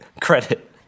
credit